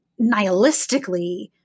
nihilistically